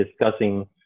discussing